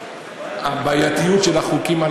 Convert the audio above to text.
הבעייתיות של החוקים,